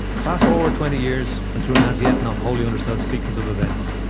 fast forward twenty years and through an as-yet not wholly understood sequence of events,